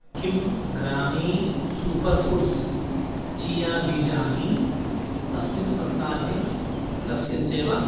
किं ग्रामी super foods chia बीजानि अस्मिन् सप्ताहे लप्स्यन्ते वा